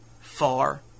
far